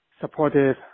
supportive